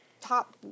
top